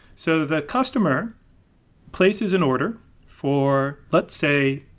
so the customer places an order for, let's say,